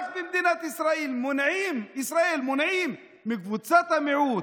רק במדינת ישראל מונעים מקבוצת המיעוט